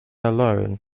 alone